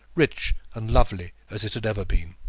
rich and lovely as it had ever been.